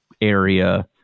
area